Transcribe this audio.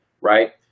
Right